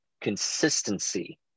consistency